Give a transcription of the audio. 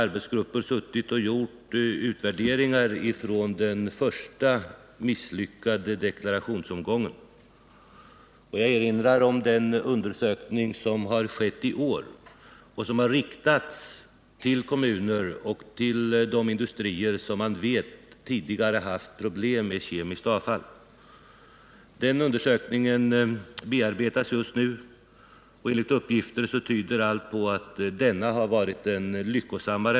Arbetsgrupper har suttit och gjort utvärderingar från denna första misslyckade deklarationsomgång. Jag vill också erinra om den undersökning som har skett i år och som har riktats till kommuner och till de industrier som man vet tidigare haft problem med kemiskt avfall. Denna undersökning bearbetas just nu, och enligt uppgift tyder allt på att den varit mera lyckosam.